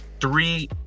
three